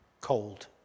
cold